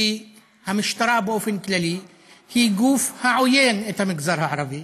כי המשטרה באופן כללי היא גוף העוין את המגזר הערבי,